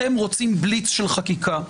אתם רוצים בליץ של חקיקה.